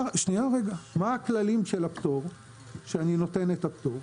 מה הכללים שלפיהם אני נותן את הפטור?